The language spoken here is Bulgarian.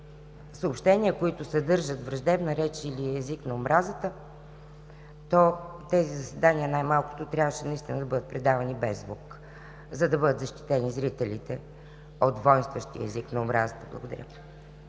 съобщения, които съдържат враждебна реч или език на омразата, то тези заседания най-малкото трябваше да бъдат предавани без звук, за да бъдат защитени зрителите от войнстващия език на омразата. Благодаря